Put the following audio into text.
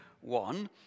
one